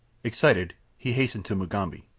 excitedly he hastened to mugambi.